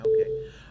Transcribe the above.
Okay